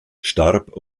starb